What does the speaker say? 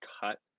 cut